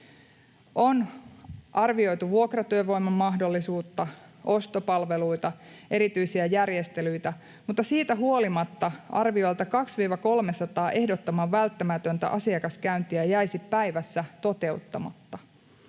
On arvioitu vuokratyövoiman mahdollisuutta, ostopalveluita, erityisiä järjestelyitä, mutta siitä huolimatta arviolta 200–300 ehdottoman välttämätöntä asiakaskäyntiä jäisi päivässä toteuttamatta.